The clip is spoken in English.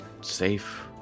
safe